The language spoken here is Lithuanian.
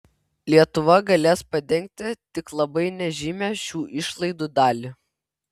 lietuva galės padengti tik labai nežymią šių išlaidų dalį